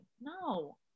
no